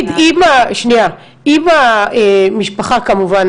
אם המשפחה כמובן,